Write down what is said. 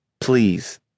Please